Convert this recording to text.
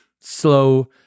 slow